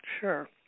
Sure